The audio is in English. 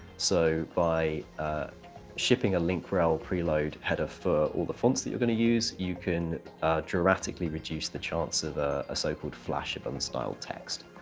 so by shipping a link rel preload header for all the fonts that you're going to use, you can dramatically reduce the chance of a so-called flash of unstyled text.